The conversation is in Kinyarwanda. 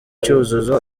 cyuzuzo